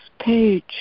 page